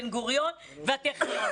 בן-גוריון והטכניון,